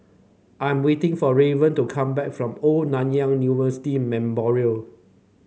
I'm waiting for Raven to come back from Old Nanyang University Memorial